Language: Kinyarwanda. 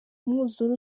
umwuzure